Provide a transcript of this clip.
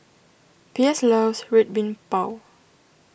Pierce loves Red Bean Bao